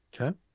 Okay